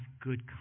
good